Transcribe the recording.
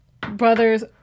brother's